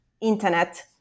internet